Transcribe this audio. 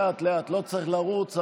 לאט-לאט, לא צריך לרוץ.